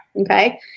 Okay